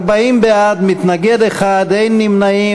40 בעד, מתנגד אחד ואין נמנעים.